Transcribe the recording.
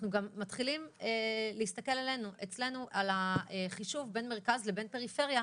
אנחנו מתחילים להסתכל אצלנו על החישוב בין מרכז לבין פריפריה,